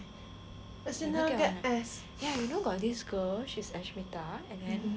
ya you know got this girl then she's ashmita and then